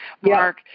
Mark